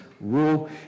rule